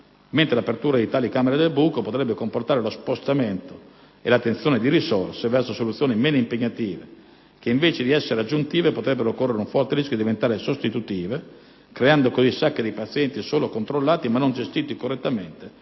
mentre l'apertura di tali "camere del buco" potrebbe comportare lo spostamento dell'attenzione e degli impieghi di risorse verso soluzioni meno impegnative che, invece di essere aggiuntive, potrebbero correre un forte rischio di diventare sostitutive, creando così sacche di pazienti solo controllati ma non gestiti correttamente